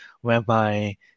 whereby